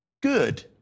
Good